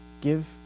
Give